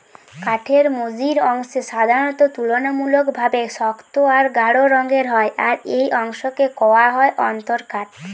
কাঠের মঝির অংশ সাধারণত তুলনামূলকভাবে শক্ত আর গাঢ় রঙের হয় আর এই অংশকে কওয়া হয় অন্তরকাঠ